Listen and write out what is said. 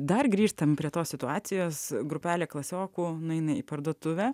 dar grįžtam prie tos situacijos grupelė klasiokų nueina į parduotuvę